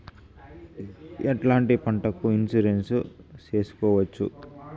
ఎట్లాంటి పంటలకు ఇన్సూరెన్సు చేసుకోవచ్చు?